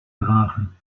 dragen